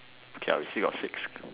okay ah we still got six